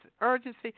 urgency